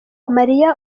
marie